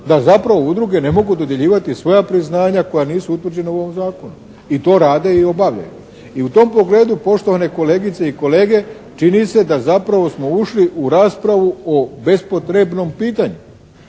da zapravo udruge ne mogu dodjeljivati svoja priznanja koja nisu utvrđena u ovom zakonu i to rade i obavljaju. I u tom pogledu poštovane kolegice i kolege, čini se da zapravo smo ušli u raspravu o bespotrebnom pitanju.